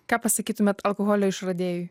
ką pasakytumėt alkoholio išradėjui